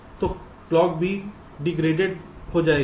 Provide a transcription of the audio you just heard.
तो क्लॉक भी डिग्रेडेड जाएगी